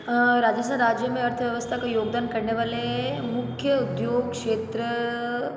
राजस्थान राज्य में अर्थव्यवस्था का योगदान करने वाले मुख्य उद्योग क्षेत्र